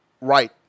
right